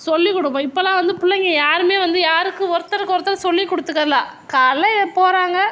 சொல்லி கொடுப்போம் இப்போல்லாம் வந்து பிள்ளைங்க யாருமே வந்து யாருக்கும் ஒருத்தருக்கொருத்தர் சொல்லி கொடுத்துக்குறதுல காலைல எப்போ வராங்க